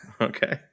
Okay